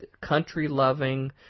country-loving